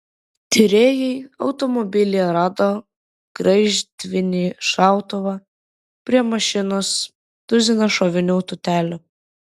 tyrėjai automobilyje rado graižtvinį šautuvą prie mašinos tuziną šovinių tūtelių